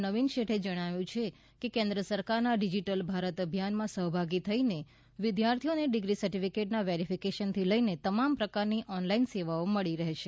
નવીન શેઠે જણાવ્યું છે કે કેન્દ્ર સરકારના ડિજીટલ ભારત અભિયાનમાં સહભાગી થઇને વિદ્યાર્થીઓને ડીગ્રી સર્ટીફિકેટના વેરીફિકેશનથી લઇને તમામ પ્રકારની ઓનલાઇન સેવાઓ મળી રહેશે